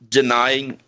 denying